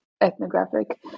ethnographic